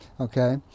Okay